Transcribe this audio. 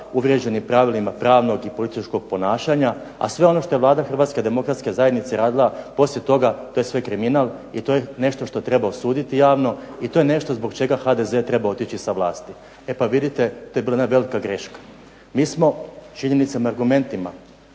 uvriježenim pravilima pravnog i političkog ponašanja, a sve ono što je Vlada Hrvatske demokratske zajednice radila poslije toga to je sve kriminal i to je nešto što treba osuditi javno i to je nešto zbog čega HDZ treba otići sa vlasti. E pa vidite, to je bila jedna velika greška. Mi smo činjenicama i argumentima,